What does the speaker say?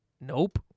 Nope